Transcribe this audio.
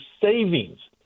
savings